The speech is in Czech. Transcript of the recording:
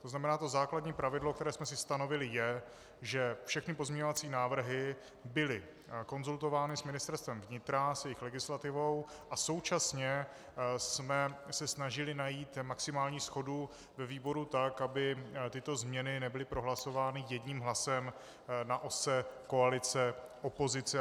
To znamená, to základní pravidlo, které jsme si stanovili, je, že všechny pozměňovací návrhy byly konzultovány s Ministerstvem vnitra, s jejich legislativou, a současně jsme se snažili najít maximálně shodu ve výboru tak, aby tyto změny nebyly prohlasovány jedním hlasem na ose koalice opozice.